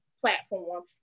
platform